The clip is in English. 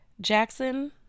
Jackson